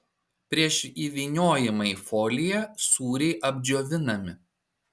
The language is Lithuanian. prieš įvyniojimą į foliją sūriai apdžiovinami